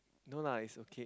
no lah it's okay